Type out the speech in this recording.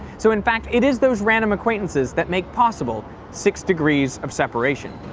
so, in fact, it is those random acquaintances that make possible six degrees of separation.